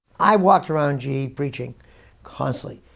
i walked around ge preaching constantly.